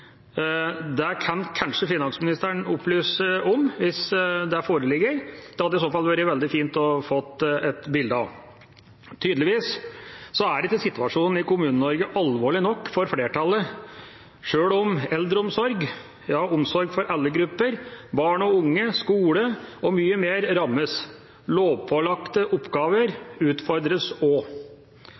Det kan kanskje finansministeren opplyse om hvis det foreligger, det hadde det i så fall vært veldig fint å få et bilde av. Tydeligvis er ikke situasjonen i Kommune-Norge alvorlig nok for flertallet, sjøl om eldreomsorg – ja, omsorg for alle grupper – barn og unge, skole og mye mer rammes. Lovpålagte oppgaver utfordres